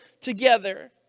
together